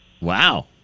Wow